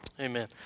amen